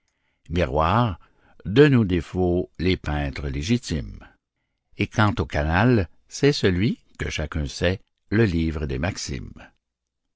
miroirs de nos défauts les peintres légitimes et quant au canal c'est celui que chacun sait le livre des maximes